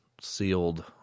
sealed